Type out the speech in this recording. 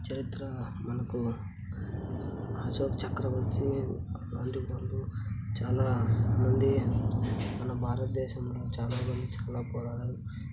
చరిత్ర మనకు అశోక చక్రవర్తి అలాంటి వాళ్ళు చాలా మంది మన భారతదేశంలో చాలా మంది చాలా పోరాడారు